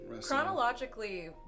Chronologically